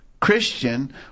Christian